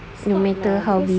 it's not ah because